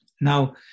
Now